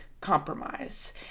compromise